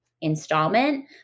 installment